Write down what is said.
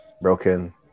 broken